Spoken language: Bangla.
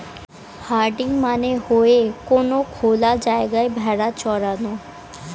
হার্ডিং মানে হয়ে কোনো খোলা জায়গায় ভেড়া চরানো